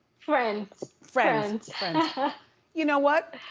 friends friends, and you know what?